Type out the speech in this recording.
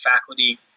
faculty